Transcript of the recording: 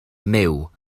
myw